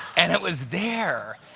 and it was there.